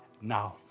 now